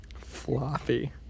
Floppy